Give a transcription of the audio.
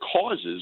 causes